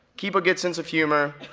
keep a good sense of humor,